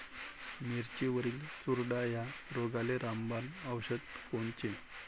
मिरचीवरील चुरडा या रोगाले रामबाण औषध कोनचे?